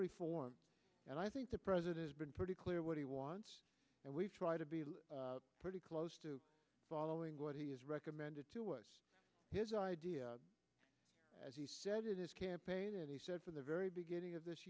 reform and i think the president has been pretty clear what he wants and we try to be pretty close to following what he has recommended to us his idea as he said in his campaign and he said from the very beginning of this